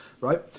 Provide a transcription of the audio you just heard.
right